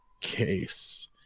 case